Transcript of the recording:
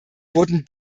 wurden